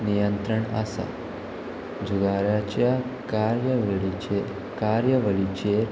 नियंत्रण आसा जुगाराच्या कार्यवेळीचे कार्यवळीचेर